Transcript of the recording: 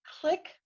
click